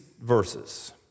verses